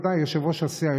ודאי, יושב-ראש הסיעה.